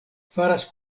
faras